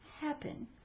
happen